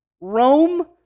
Rome